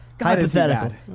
Hypothetical